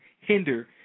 hinder